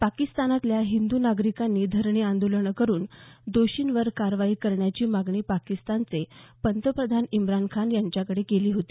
पाकिस्तानातल्या हिंदू नागरिकांनी धरणे आंदोलने करून दोषींवर कारवाई करण्याची मागणी पाकिस्तानचे पंतप्रधान इमरान खान यांच्याकडे केली होती